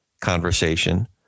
conversation